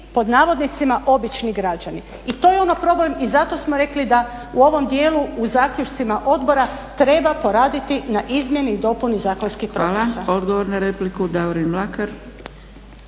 pitanju neki "obični" građani. I to je ono problem i zato smo rekli da u ovom dijelu u zaključcima odbora treba poraditi na izmjeni i dopuni zakonskih propisa.